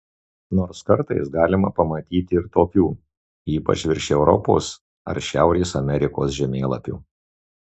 nors kartais galima pamatyti ir tokių ypač virš europos ar šiaurės amerikos žemėlapių